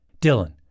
Dylan